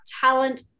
talent